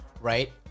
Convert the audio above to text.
right